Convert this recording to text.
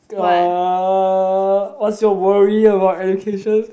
uh what's your worry about education